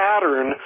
pattern